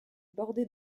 bordée